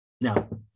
Now